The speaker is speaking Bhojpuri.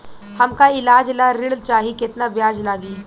हमका ईलाज ला ऋण चाही केतना ब्याज लागी?